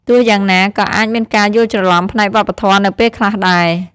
ទោះយ៉ាងណា ក៏អាចមានការយល់ច្រឡំផ្នែកវប្បធម៌នៅពេលខ្លះដែរ។